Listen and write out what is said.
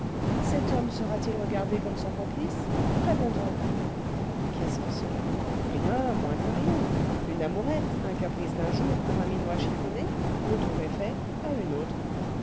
cet homme sera-t-il regardé comme son complice allons donc qu'est-ce que cela rien moins que rien une amourette un caprice d'un jour pour un minois chiffonné le tour est fait à une autre